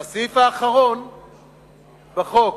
והסעיף האחרון בחוק: